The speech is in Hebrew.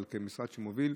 אבל אתם משרד שמוביל.